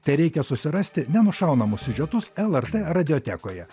tereikia susirasti nenušaunamus siužetus lrt radiotekoje